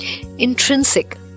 Intrinsic